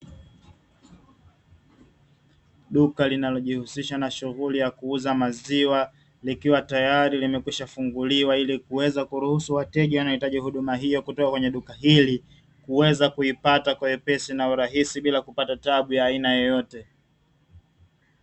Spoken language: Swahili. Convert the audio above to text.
Duka linalojihusisha na shughuli ya kuuza maziwa, likiwa tayari limekwishafunguliwa, ili kuweza kuruhusu wateja wanaohitaji huduma hiyo kutoka kwenye duka hili, kuweza kuipata kwa wepesi na urahisi, bila kupata tabu ya aina yoyote.